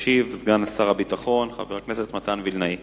ישיב סגן שר הביטחון חבר הכנסת מתן וילנאי.